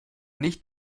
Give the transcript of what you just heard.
nicht